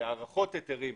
הארכות היתרים,